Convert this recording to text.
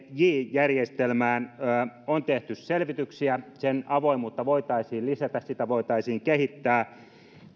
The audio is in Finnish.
järjestelmään on tehty selvityksiä sen avoimuutta voitaisiin lisätä sitä voitaisiin kehittää